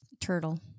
Turtle